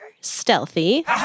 stealthy